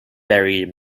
buried